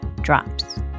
drops